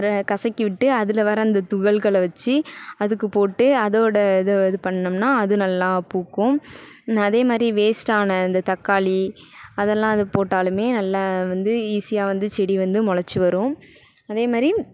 கசக்கி விட்டு அதில் வர அந்த துகள்களை வச்சு அதுக்கு போட்டு அதோடு இதை இது பண்ணிணோம்னா அதுவும் நல்லா பூக்கும் அதேமாதிரி வேஸ்ட்டான இந்த தக்காளி அதெல்லாம் அதுக்கு போட்டாலும் நல்ல வந்து ஈஸியாக வந்து செடி வந்து மொளச்சு வரும் அதேமாதிரி